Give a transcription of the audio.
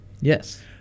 Yes